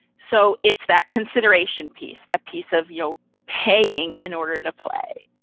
so it's that consideration piece, that piece of your paying in order to play.